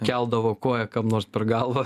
keldavo koją kam nors per galvą